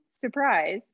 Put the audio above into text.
Surprise